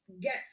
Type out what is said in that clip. get